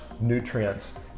nutrients